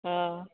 हँ